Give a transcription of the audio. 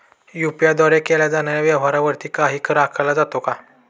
UPI द्वारे केल्या जाणाऱ्या व्यवहारावरती काही कर आकारला जातो का?